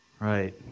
Right